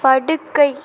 படுக்கை